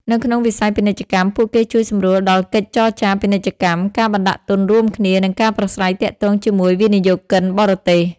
នៅក្នុងវិស័យពាណិជ្ជកម្ម ពួកគេជួយសម្រួលដល់កិច្ចចរចាពាណិជ្ជកម្ម ការបណ្តាក់ទុនរួមគ្នា និងការប្រាស្រ័យទាក់ទងជាមួយវិនិយោគិនបរទេស។